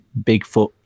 Bigfoot